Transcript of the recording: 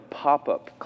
pop-up